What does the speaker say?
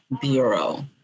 Bureau